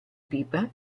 pipa